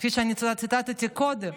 כפי שציטטתי קודם.